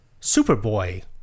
Superboy